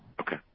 Okay